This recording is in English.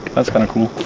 that's kind of cool